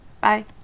bye